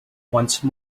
once